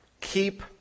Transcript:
Keep